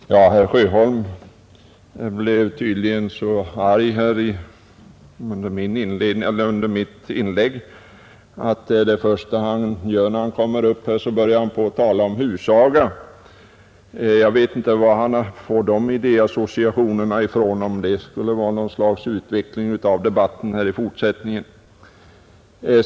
Herr talman! Herr Sjöholm blev tydligen så arg över mitt inlägg att det första han gör när han kommer upp i talarstolen är att tala om husaga. Jag vet inte varifrån han får sådana iddéassociationer — om det skulle vara någon utveckling av debatten i fortsättningen.